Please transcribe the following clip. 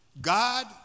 God